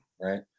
right